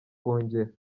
akongera